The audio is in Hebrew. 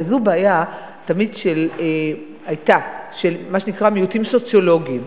הרי זו בעיה שהיתה תמיד של מה שנקרא מיעוטים סוציולוגיים.